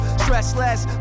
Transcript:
stressless